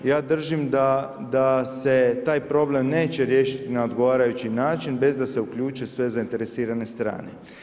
Ja držim da se taj problem neće riješiti na odgovarajući način bez da se uključe sve zaineresirane strane.